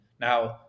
Now